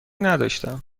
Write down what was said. نداشتم